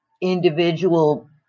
individual